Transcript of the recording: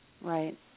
Right